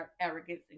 arrogance